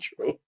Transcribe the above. true